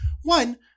one